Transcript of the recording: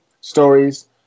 stories